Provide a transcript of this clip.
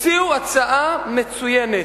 הציעו הצעה מצוינת.